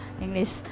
English